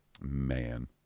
Man